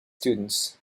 students